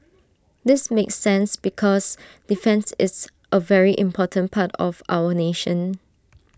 this makes sense because defence is A very important part of our nation